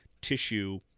tissue